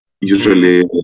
Usually